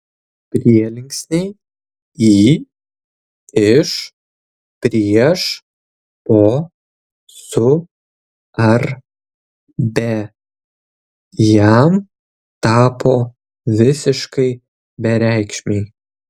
prielinksniai į iš prieš po su ar be jam tapo visiškai bereikšmiai